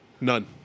None